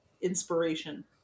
inspiration